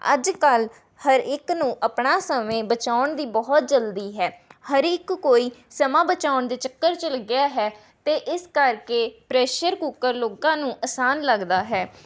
ਅੱਜ ਕੱਲ੍ਹ ਹਰ ਇੱਕ ਨੂੰ ਆਪਣਾ ਸਮੇਂ ਬਚਾਉਣ ਦੀ ਬਹੁਤ ਜਲਦੀ ਹੈ ਹਰ ਇੱਕ ਕੋਈ ਸਮਾਂ ਬਚਾਉਣ ਦੇ ਚੱਕਰ 'ਚ ਲੱਗਿਆ ਹੈ ਅਤੇ ਇਸ ਕਰਕੇ ਪ੍ਰੈਸ਼ਰ ਕੁੱਕਰ ਲੋਕਾਂ ਨੂੰ ਆਸਾਨ ਲੱਗਦਾ ਹੈ